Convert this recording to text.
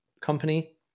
company